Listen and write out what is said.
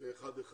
באחד אחד,